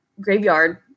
graveyard